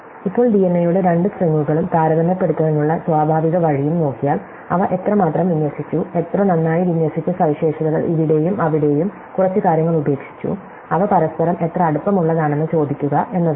ഇപ്പോൾ ഡിഎൻഎയുടെ രണ്ട് സ്ട്രിംഗുകളും താരതമ്യപ്പെടുത്താനുള്ള സ്വാഭാവിക വഴിയും നോക്കിയാൽ അവ എത്രമാത്രം വിന്യസിച്ചു എത്ര നന്നായി വിന്യസിച്ച സവിശേഷതകൾ ഇവിടെയും അവിടെയും കുറച്ച് കാര്യങ്ങൾ ഉപേക്ഷിച്ചു അവ പരസ്പരം എത്ര അടുപ്പമുള്ളതാണെന്ന് ചോദിക്കുക എന്നതാണ്